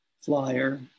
flyer